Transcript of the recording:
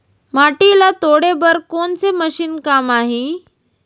माटी ल तोड़े बर कोन से मशीन काम आही?